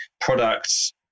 products